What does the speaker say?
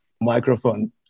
microphone